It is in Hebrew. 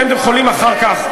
אתם יכולים אחר כך,